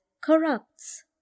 corrupts